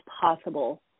possible